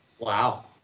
Wow